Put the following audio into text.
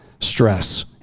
stress